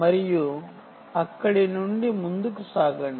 మరియు అక్కడి నుండి ముందుకు పోదాం